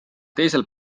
teisel